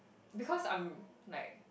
because I'm like